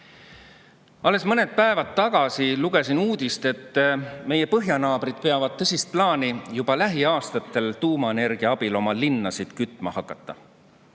Alles mõned päevad tagasi lugesin uudist, et meie põhjanaabrid peavad tõsist plaani hakata juba lähiaastatel tuumaenergia abil oma linnasid kütma.